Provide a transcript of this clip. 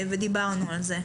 ודיברנו על זה.